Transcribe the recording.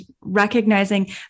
recognizing